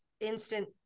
instant